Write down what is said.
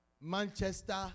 Manchester